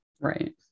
Right